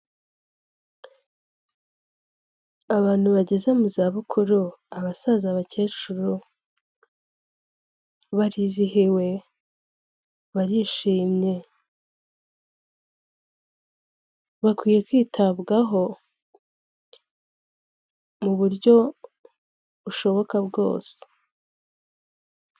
Abantu bageze mu za bukuru, abasaza, abakecuru, barizihiwe barishimye bakwiye kwitabwaho mu buryo bushoboka bwose.